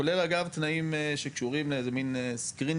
כולל אגב תנאים ששורים לאיזה מין סינון,